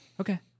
Okay